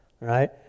right